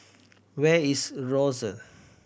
where is Rosyth